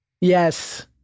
Yes